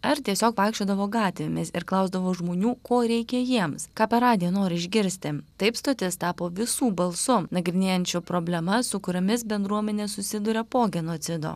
ar tiesiog vaikščiodavo gatvėmis ir klausdavo žmonių ko reikia jiems ką per radiją nori išgirsti taip stotis tapo visų balsu nagrinėjančiu problemas su kuriomis bendruomenė susiduria po genocido